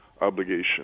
obligation